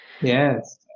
yes